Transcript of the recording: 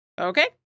Okay